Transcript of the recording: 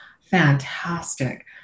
Fantastic